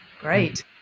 Great